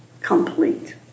complete